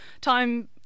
time